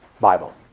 Bible